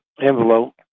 envelope